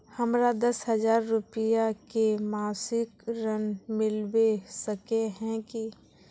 हमरा दस हजार रुपया के मासिक ऋण मिलबे सके है की?